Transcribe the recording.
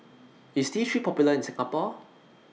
IS T three Popular in Singapore